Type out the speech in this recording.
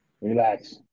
Relax